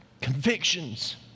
convictions